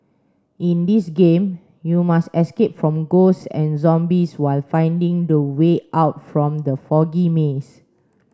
in this game you must escape from ghosts and zombies while finding the way out from the foggy maze